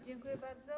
Dziękuję bardzo.